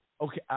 Okay